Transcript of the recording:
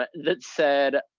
but that said,